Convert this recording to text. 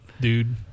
dude